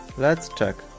let's check